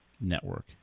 network